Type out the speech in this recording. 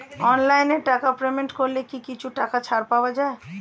অনলাইনে টাকা পেমেন্ট করলে কি কিছু টাকা ছাড় পাওয়া যায়?